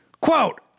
Quote